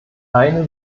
eine